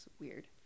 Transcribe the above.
weird